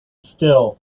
still